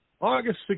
August